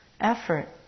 effort